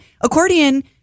accordion